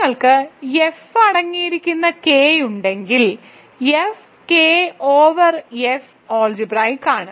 നിങ്ങൾക്ക് എഫ് അടങ്ങിയിരിക്കുന്ന കെ ഉണ്ടെങ്കിൽ F K over F algebraic ആണ്